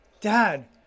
Dad